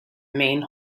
main